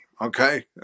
Okay